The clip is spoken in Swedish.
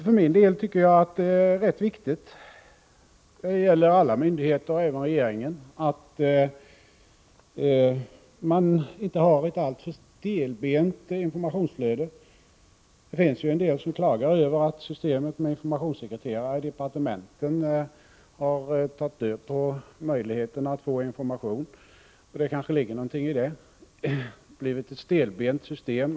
För min del tycker jag att det är rätt viktigt att man — det gäller alla myndigheter, även regeringen — inte har ett alltför stelbent informationsflöde. Det finns en del som klagar över att systemet med informationssekreterare i departementen har tagit död på möjligheten att få information. Det kanske ligger något i det. Det blir ett litet stelt system.